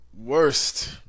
worst